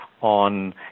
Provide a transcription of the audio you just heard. on